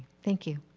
thank you.